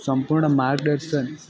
સંપૂર્ણ માર્ગદર્શન